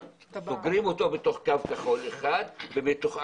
סוגרות אותו בתוך קו כחול אחד -- מיכל,